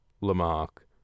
Lamarck